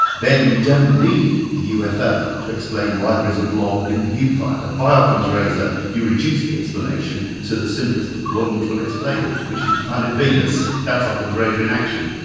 then you don't need the ufo to explain why there is a blob in the viewfinder. by ockham's razor you reduce the explanation to the simplest one which will explain it, which is the planet venus. that's ockham's razor in action.